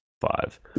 five